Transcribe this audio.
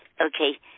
Okay